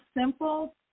simple